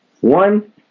One